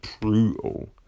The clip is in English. brutal